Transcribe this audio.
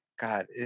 God